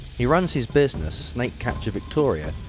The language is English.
he runs his business, snake catcher victoria,